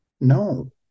No